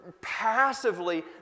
passively